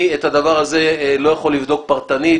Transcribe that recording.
אני את הדבר הזה לא יכול לבדוק פרטנית,